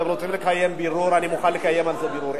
אם אתם רוצים לקיים בירור אני מוכן לקיים על זה בירור.